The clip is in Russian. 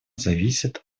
зависят